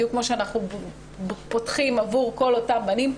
בדיוק כמו שאנחנו פותחים עבור כל אותם בנים,